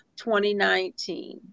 2019